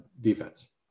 defense